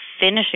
finishing